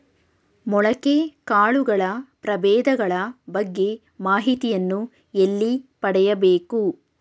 ಮೊಳಕೆ ಕಾಳುಗಳ ಪ್ರಭೇದಗಳ ಬಗ್ಗೆ ಮಾಹಿತಿಯನ್ನು ಎಲ್ಲಿ ಪಡೆಯಬೇಕು?